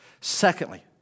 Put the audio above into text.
Secondly